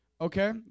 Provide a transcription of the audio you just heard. Okay